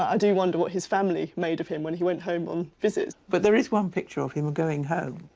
ah do wonder what his family made of him when he went home on visits. but there is one picture of him going home.